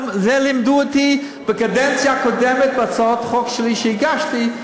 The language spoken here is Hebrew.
את זה לימדו אותי בקדנציה הקודמת בהצעות חוק שלי שהגשתי,